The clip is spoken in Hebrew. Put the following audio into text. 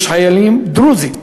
יש חיילים דרוזים,